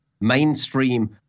mainstream